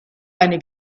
eine